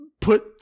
put